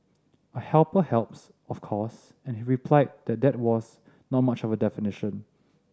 a helper helps of course and he replied that that was not much of a definition